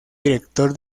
director